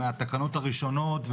מהתקנות הראשונות,